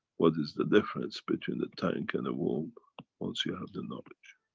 what is the difference between the tank and the womb once you have the knowledge?